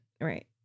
Right